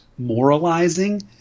Moralizing